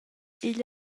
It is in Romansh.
igl